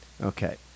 Okay